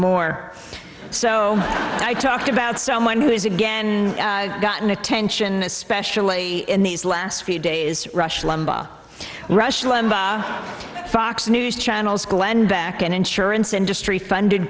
more so i talked about someone who is again gotten attention especially in these last few days rush limbaugh rush limbaugh fox news channel's glenn beck an insurance industry funded